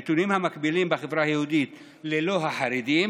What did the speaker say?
הנתונים המקבילים בחברה היהודית ללא החרדים